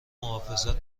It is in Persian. محافظت